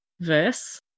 verse